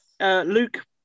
Luke